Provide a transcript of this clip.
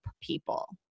people